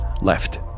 left